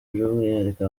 by’umwihariko